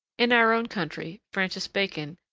in our own country, francis bacon,